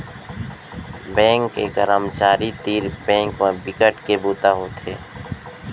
bank के करमचारी तीर बेंक म बिकट के बूता होथे